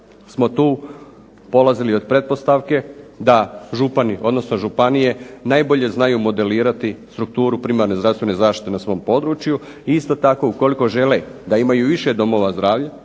smo tu polazili od pretpostavke da župani odnosno županije najbolje znaju modelirati strukturu primarne zdravstvene zaštite na svom području i isto tako, ukoliko žele da imaju više domova zdravlja,